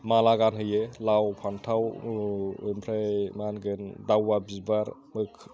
माला गानहोयो लाव फान्थाव ओमफ्राय मा होनगोन दाउआ बिबारबो